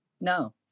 no